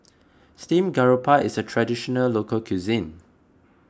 Steamed Garoupa is a Traditional Local Cuisine